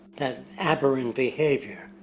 that aberrant behavior,